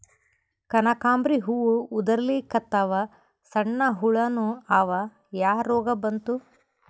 ಕನಕಾಂಬ್ರಿ ಹೂ ಉದ್ರಲಿಕತ್ತಾವ, ಸಣ್ಣ ಹುಳಾನೂ ಅವಾ, ಯಾ ರೋಗಾ ಬಂತು?